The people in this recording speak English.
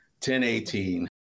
1018